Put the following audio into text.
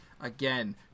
again